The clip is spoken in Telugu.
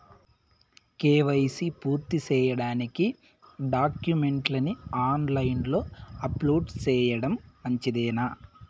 కే.వై.సి పూర్తి సేయడానికి డాక్యుమెంట్లు ని ఆన్ లైను లో అప్లోడ్ సేయడం మంచిదేనా?